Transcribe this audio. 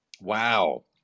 Wow